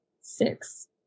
six